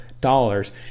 dollars